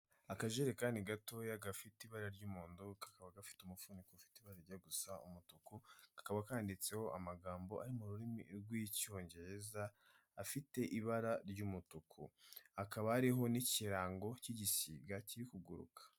Akajerekani gatoya gafite ibara ry'umuhondo kakaba gafite umufuniko ufite ibara rijya gusa umutuku kakaba kandiditseho amagambo ari mu rurimi rw'icyongereza afite ibara ry'umutuku akaba ariho n'ikirango cy'igisiga kiri kuguruka.